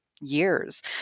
years